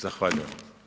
Zahvaljujem.